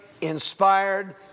inspired